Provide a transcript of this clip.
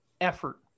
effort